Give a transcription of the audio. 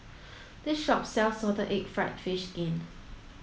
this shop sells salted egg fried fish skin